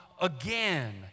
again